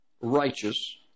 righteous